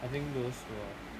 I think those were